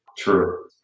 True